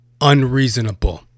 unreasonable